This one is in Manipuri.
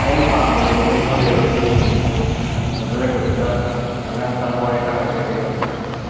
ꯑꯩꯅ ꯄꯥꯝꯕꯗꯨꯃꯛꯇ ꯊꯣꯛꯑꯦꯕ ꯑꯗꯨꯒꯤ ꯁꯨꯝ ꯕ꯭ꯔꯗꯔ ꯀꯩꯅꯣꯝꯇ ꯁꯨꯃꯥꯏꯅ ꯊꯥꯒꯠ ꯋꯥꯍꯩ ꯈꯔ ꯍꯥꯏꯖꯒꯦꯅ ꯇꯧꯖꯔꯛꯄꯅꯦ